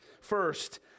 First